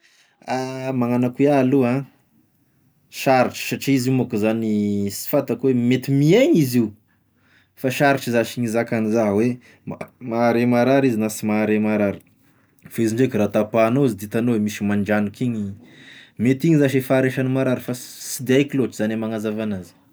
Magnano akone iaho aloha an, sarotry satria izy io manko zany, sy fantako hoe mety mihegny izy io, fa sarotry zash gn'hizaka agn'zao hoe ma- mahare maharary izy na sy mahare maharary, f'izy ndraiky raha tapahinao izy da misy raha mandranoky igny, mety igny zash i faharesagny maharary fa s- sy de aiko loatry zany e magnazava anazy.